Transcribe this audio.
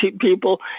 people